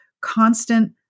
constant